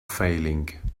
failing